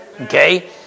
Okay